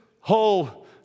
whole